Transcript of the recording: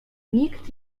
nikt